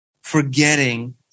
forgetting